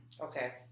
Okay